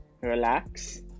relax